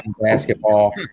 basketball